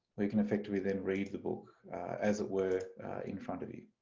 where you can effectively then read the book as it were in front of you.